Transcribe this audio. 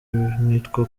nikwo